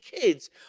kids